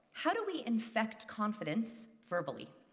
how do we infect confidence verbally?